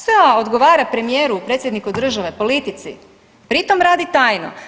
SOA odgovara premijeru i predsjedniku države, politici, pri tom radi tajno.